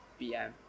BM